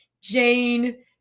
Jane